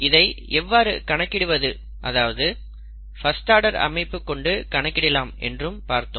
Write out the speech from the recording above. இதை எவ்வாறு கணக்கிடுவது அதாவது பஸ்ட் ஆர்டர் அமைப்பு கொண்டு கணக்கிடலாம் என்றும் பார்த்தோம்